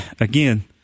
again